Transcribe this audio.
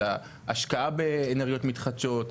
אלא השקעה באנרגיות מתחדשות.